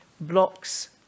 blocks